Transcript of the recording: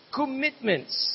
commitments